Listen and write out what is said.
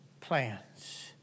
plans